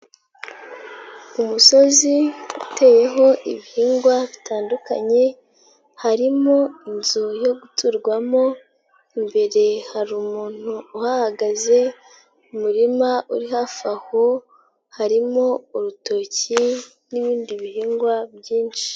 Umusozi uteyeho ibihingwa bitandukanye harimo inzu yo guturwamo, imbere hari umuntu uhahagaze, mu murima uri hafi aho harimo urutoki n'ibindi bihingwa byinshi.